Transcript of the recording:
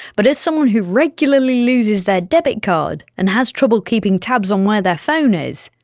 but as someone who regularly loses their debit card and has trouble keeping tabs on where their phone is,